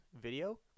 video